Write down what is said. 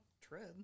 tread